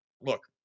look